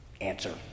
answer